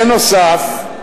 בנוסף,